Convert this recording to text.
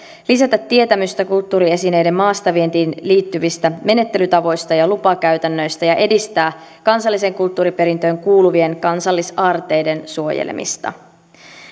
lisätä tietämystä kulttuuriesineiden maastavientiin liittyvistä menettelytavoista ja lupakäytännöistä ja edistää kansalliseen kulttuuriperintöön kuuluvien kansallisaarteiden suojelemista